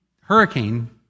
hurricane